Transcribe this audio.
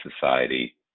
Society